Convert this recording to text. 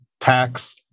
tax